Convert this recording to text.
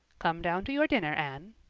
come down to your dinner, anne.